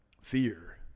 fear